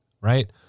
right